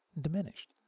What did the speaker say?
diminished